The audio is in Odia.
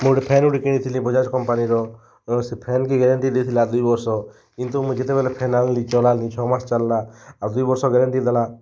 ମୁଁ ଗୋଟେ ଫ୍ୟାନ୍ ଗୋଟେ କିଣିଥିଲି ବଜାଜ୍ କମ୍ପାନୀର ସେ ଫ୍ୟାନ୍କେ ଗ୍ୟାରେଣ୍ଟି ଦେଇଥିଲା ଦୁଇ ବର୍ଷ କିନ୍ତୁ ମୁଁ ଯେତେବେଳେ ଫ୍ୟାନ୍ ଆଣିଲି ଚଲାଲି ଛଅମାସ ଚାଲିଲା ଆଉ ଦୁଇ ବର୍ଷ ଗ୍ୟାରେଣ୍ଟି ଦେଲା